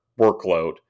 workload